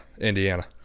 Indiana